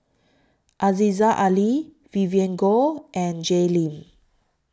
Aziza Ali Vivien Goh and Jay Lim